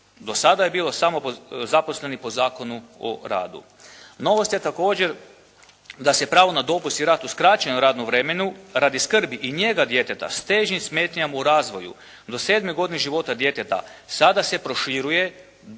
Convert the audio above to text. Do sada je bilo samo zaposleni po Zakonu o radu. Novost je također da se pravo na dopunski rad u skraćenom radnom vremenu radi skrbi i njege djeteta s težim smetnjama u razvoju do 7. godine života djeteta, sada se proširuje za